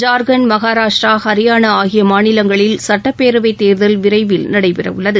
ஜார்க்கன்ட் மகாராஷ்டிரா ஹரியானா ஆகிய மாநிலங்களில் சட்டப்பேரவை தேர்தல் விரைவில் நடைபெறவுள்ளது